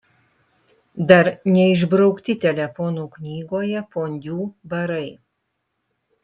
dar neišbraukti telefonų knygoje fondiu barai